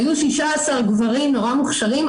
היו 16 גברים נורא מוכשרים,